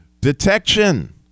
Detection